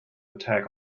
attack